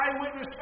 eyewitness